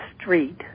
street